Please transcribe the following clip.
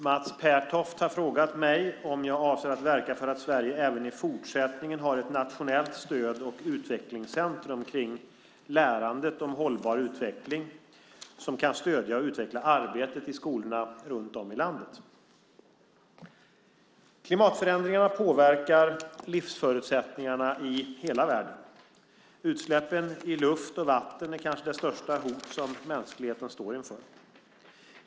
Mats Pertoft har frågat mig om jag avser att verka för att Sverige även i fortsättningen har ett nationellt stöd och utvecklingscentrum kring lärandet om hållbar utveckling som kan stödja och utveckla arbetet i skolorna runt om i landet. Klimatförändringarna påverkar livsförutsättningarna i hela världen. Utsläppen i luft och vatten är kanske det största hot som mänskligheten står inför.